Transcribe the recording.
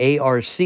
ARC